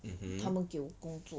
mmhmm